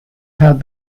had